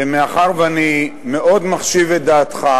ומאחר שאני מאוד מחשיב את דעתך,